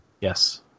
Yes